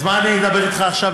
אז מה אני אדבר איתך עכשיו,